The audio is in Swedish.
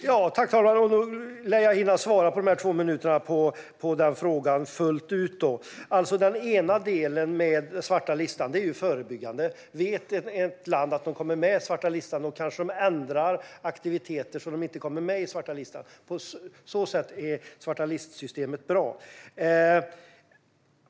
Fru talman! Under dessa två minuter lär jag hinna svara på frågan fullt ut. En del med svarta listan är förebyggande. Vet länder att de kan komma med på svarta listan kanske de ändrar aktiviteter så att de inte kommer med på svarta listan. På så sätt är systemet med svarta listan bra.